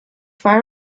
far